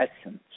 essence